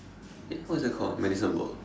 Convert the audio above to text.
eh what is that called ah medicine ball